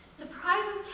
Surprises